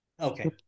Okay